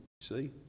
See